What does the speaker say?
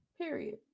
period